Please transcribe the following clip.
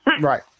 Right